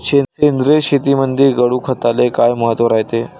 सेंद्रिय शेतीमंदी गांडूळखताले काय महत्त्व रायते?